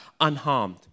unharmed